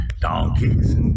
donkeys